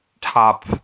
top